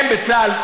הם בצה"ל,